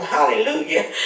Hallelujah